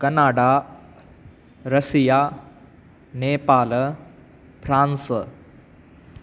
Canada Russia Nepal France